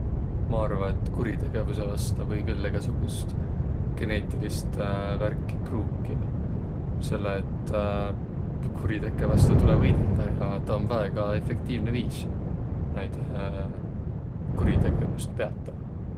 Ma arva, et kuritegevüse vasta või külh egäsugust geneetilist värki pruukiq. Selle et kuriteke vasta tulõ võidõldaq ja taa om väega efektiivne viis näide kuritegevüst piätäq.